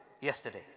yesterday